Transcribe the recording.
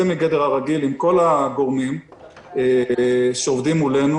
מגדר הרגיל עם כל הגורמים שעובדים מולנו.